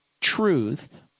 Truth